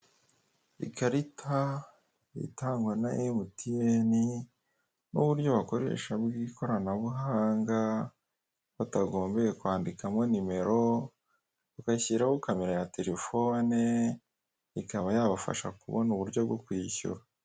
Ikarita itangwa na emutiyene n'uburyo bakoresha bw'ikoranabuhanga batagombeye kwandikamo nimero bagashyiraho kamera ya telefone ikaba yabafasha kubona uburyo bwo kwiyishyura.